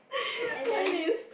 and then